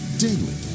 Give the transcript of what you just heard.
daily